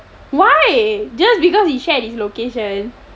why just because he shared his location